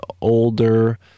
older